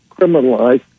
criminalized